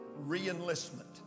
Re-enlistment